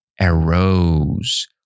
arose